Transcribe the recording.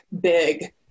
big